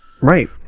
Right